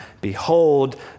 behold